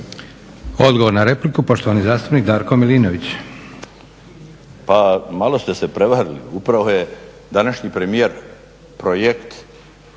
Odgovor na repliku poštovani zastupnik Darko Milinović. **Milinović, Darko (HDZ)** Pa malo ste se prevarili. Upravo je današnji premijer projekt